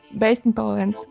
based in poland,